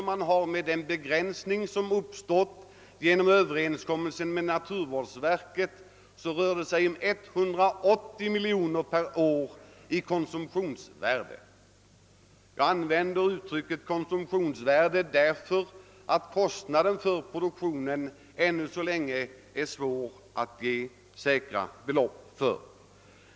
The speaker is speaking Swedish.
Efter den begränsning som överenskommelsen med naturvårdsarbetet innebär skulle det röra sig om 180 miljoner per år i konsumtionsvärde. Jag använder uttrycket konsumtionsvärde därför att kostnaden för produktionen ännu så länge är svår att ange i säkra belopp.